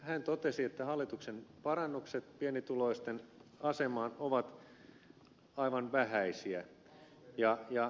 hän totesi että hallituksen parannukset pienituloisten asemaan ovat aivan vähäisiä